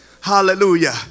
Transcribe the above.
Hallelujah